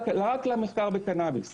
שמשפיעים על הרצפטורים הקנאבינואידים,